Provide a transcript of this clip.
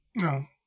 no